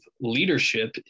leadership